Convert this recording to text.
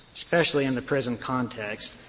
especially in the prison context.